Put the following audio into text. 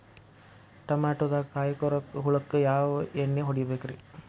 ಟಮಾಟೊದಾಗ ಕಾಯಿಕೊರಕ ಹುಳಕ್ಕ ಯಾವ ಎಣ್ಣಿ ಹೊಡಿಬೇಕ್ರೇ?